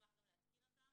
מוסמך גם להתקין אותם?